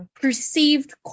perceived